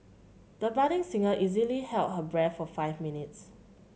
the budding singer easily held her breath for five minutes